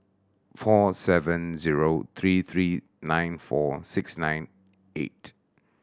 four seven zero three three nine four six nine eight